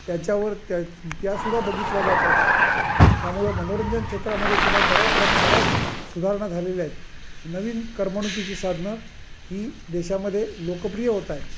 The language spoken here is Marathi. त्याच्यावर त्या त्यासुद्धा बघितल्या जातात त्यामुळे मनोरंजन क्षेत्रामध्ये सुद्धा बऱ्याच प्र बऱ्याच सुधारणा झालेल्या आहेत नवीन करमणुकीची साधनं ही देशामध्ये लोकप्रिय होत आहेत